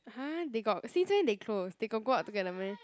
!huh! they got since when they close they got go out together meh